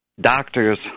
doctors